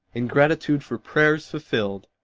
in gratitude for prayers fulfilled,